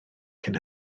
cyn